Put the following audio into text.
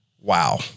wow